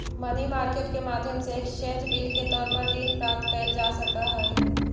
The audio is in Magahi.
मनी मार्केट के माध्यम से एक्सचेंज बिल के तौर पर ऋण प्राप्त कैल जा सकऽ हई